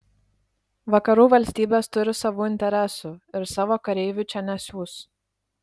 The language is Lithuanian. vakarų valstybės turi savų interesų ir savo kareivių čia nesiųs